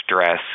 stress